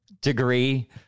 degree